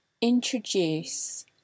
introduce